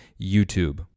YouTube